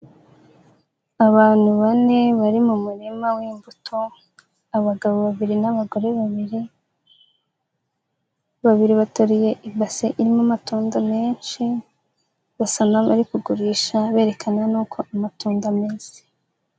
Abantu bane bari mu murima w'imbuto abagabo babiri n'abagore babiri, babiri bateruye ibase irimo amatunda menshi, basa n'abari kugurisha berekana n'uko amatunda ameze.